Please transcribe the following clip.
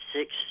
Six